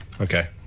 Okay